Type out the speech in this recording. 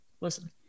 Listen